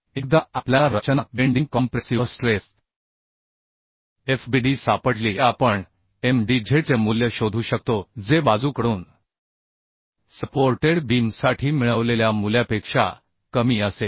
एकदा आपल्याला रचना वाकलेली compressive stress f b d सापडली की आपण m d z चे मूल्य शोधू शकतो जे बाजूकडून सपोर्टेड बीमसाठी मिळवलेल्या मूल्यापेक्षा कमी असेल